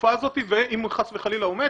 בתקופה הזאת ואם חס וחלילה הוא מת,